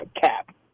cap